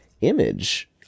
image